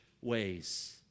ways